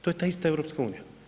To je ta ista EU.